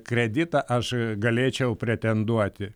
kreditą aš galėčiau pretenduoti